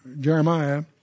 Jeremiah